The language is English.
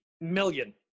million